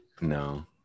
no